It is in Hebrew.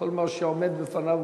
כל מה שעומד בפניו,